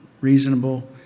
reasonable